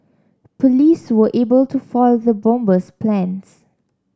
police were able to foil the bomber's plans